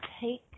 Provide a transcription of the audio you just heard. take